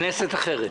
הכנסת אחרת.